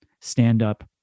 Stand-up